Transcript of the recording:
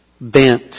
bent